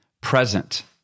present